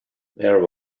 there